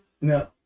No